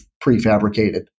prefabricated